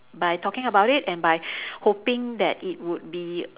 by talking about it and by hoping that it would be